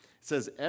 says